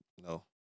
No